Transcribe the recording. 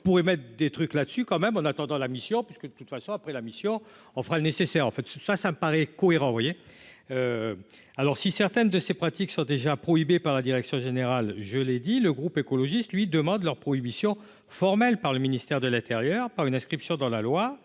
100 pour émettre des trucs là dessus, quand même, en attendant la mission parce que de toute façon après la mission, on fera le nécessaire en fait ça, ça me paraît cohérent alors si certaines de ces pratiques sont déjà prohibé par la direction générale gelé. Le groupe écologiste lui demandent leur prohibition formelle par le ministère de l'intérieur par une inscription dans la loi,